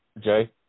Jay